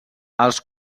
els